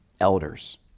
elders